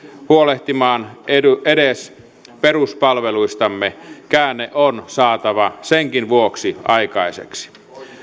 huolehtimaan edes peruspalveluistamme käänne on saatava senkin vuoksi aikaiseksi